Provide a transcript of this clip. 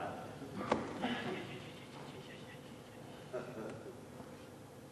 ההצעה לכלול את הנושא בסדר-היום של הכנסת נתקבלה.